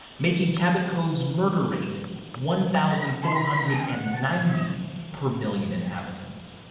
making cabot cove's murder rate one thousand four hundred and ninety per million inhabitants.